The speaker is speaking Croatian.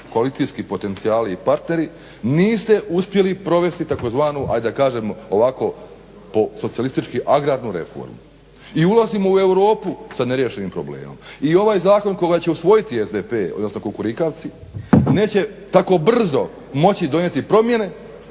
koalicijski potencijali i partneri niste uspjeli provesti tzv. ajde da kažemo po socijalistički agrarnu reformu. I ulazimo u Europu sa neriješenim problemom. I ovaj zakon koga će usvojiti SDP odnosno kukurikavci neće tako brzo moći donijeti promjene